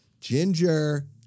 Ginger